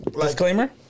Disclaimer